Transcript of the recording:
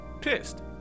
pissed